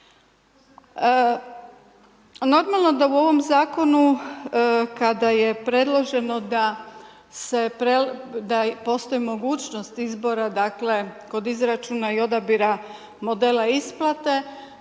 Normalno da u ovom zakonu kada je predloženo, da postoji mogućnost izbora, dakle kod izračuna i odabira modela isplate,